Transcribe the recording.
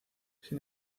sin